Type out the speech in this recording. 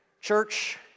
Church